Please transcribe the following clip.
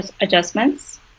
adjustments